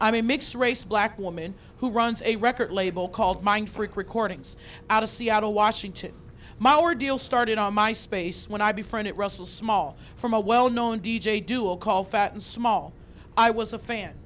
a mixed race black woman who runs a record label called mindfreak recordings out of seattle washington my our deal started on my space when i befriend it russell small from a well known d j duel called fat and small i was a fan